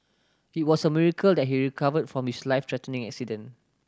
it was a miracle that he recovered from his life threatening accident